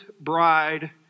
bride